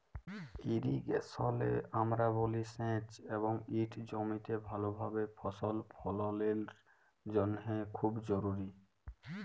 ইরিগেশলে আমরা বলি সেঁচ এবং ইট জমিতে ভালভাবে ফসল ফললের জ্যনহে খুব জরুরি